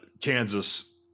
Kansas